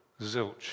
Zilch